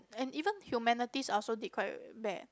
and even humanities I also did quite bad